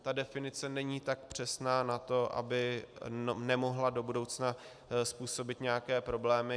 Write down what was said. Ta definice není tak přesná na to, aby nemohla do budoucna způsobit nějaké problémy.